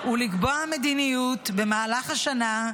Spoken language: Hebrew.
ולקבוע מדיניות במהלך השנה,